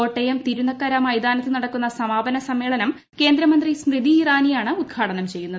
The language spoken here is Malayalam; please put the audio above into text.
കോട്ടയ്ം തിരുനക്കര മൈതാനത്ത് നടക്കുന്ന സമാപന സമ്മേളന്ം കേന്ദ്ര മന്ത്രി സ്മൃതി ഇറാനിയാണ് ഉദ്ഘാടനം ചെയ്യുന്നത്